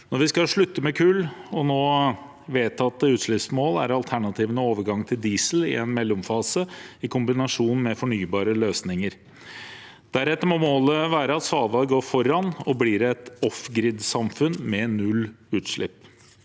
Når vi skal slutte med kull og nå vedtatte utslippsmål, er alternativene overgang til diesel i en mellomfase i kombinasjon med fornybare løsninger. Deretter må målet være at Svalbard går foran og blir et «off-grid»samfunn med null utslipp.